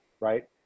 Right